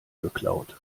geklaut